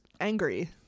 angry